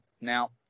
Now